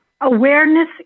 awareness